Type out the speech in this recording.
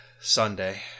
Sunday